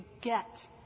get